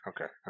Okay